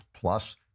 Plus